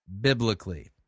biblically